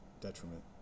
detriment